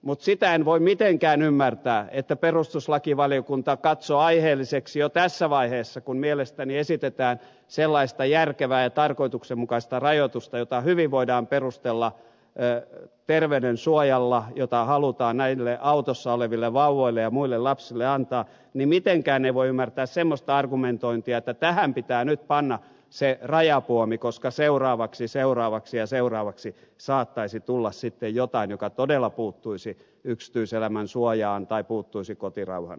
mutta semmoista argumentointia en voi mitenkään ymmärtää että perustuslakivaliokunta katsoo aiheelliseksi jo tässä vaiheessa kun mielestäni esitetään sellaista järkevää ja tarkoituksenmukaista rajoitusta jota hyvin voidaan perustella terveyden suojalla jota halutaan näille autossa oleville vauvoille ja muille lapsille antaa ne mitenkään voi ymmärtää sellaista dokumentointia että tähän pitää nyt panna se rajapuomi koska seuraavaksi seuraavaksi ja seuraavaksi saattaisi tulla sitten jotain joka todella puuttuisi yksityiselämän suojaan tai puuttuisi kotirauhan suojaan